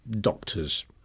doctors